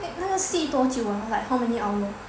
eh 那个戏多久啊 like how many hours